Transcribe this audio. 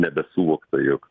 nebesuvokta jog